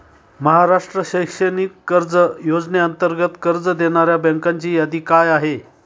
महाराष्ट्र शैक्षणिक कर्ज योजनेअंतर्गत कर्ज देणाऱ्या बँकांची यादी काय आहे?